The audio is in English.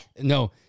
No